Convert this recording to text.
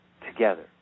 together